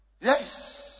Yes